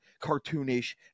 cartoonish